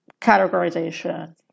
categorization